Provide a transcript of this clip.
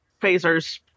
phasers